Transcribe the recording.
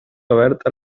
oberta